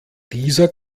dieser